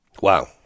Wow